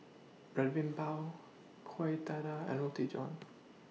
Red Bean Bao Kueh Dadar and Roti John